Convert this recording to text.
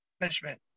punishment